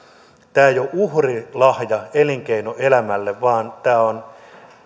tämä ei ole uhrilahja elinkeinoelämälle vaan tämä on